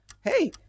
hey